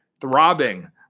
throbbing